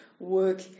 work